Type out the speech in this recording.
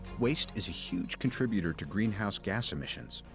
waste is a huge contributor to greenhouse gas emissions.